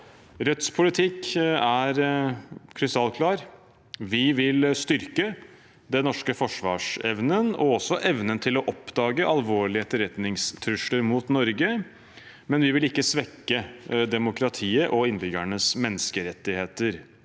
Rødts politikk er krystallklar: Vi vil styrke den norske forsvarsevnen og også evnen til å oppdage alvorlige etterretningstrusler mot Norge, men vi vil ikke svekke demokratiet og innbyggernes menneskerettigheter.